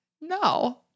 no